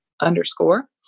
underscore